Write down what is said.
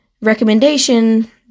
recommendation